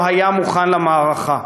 לא היה מוכן למערכה.